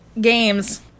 games